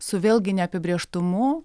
su vėlgi neapibrėžtumu